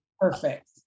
perfect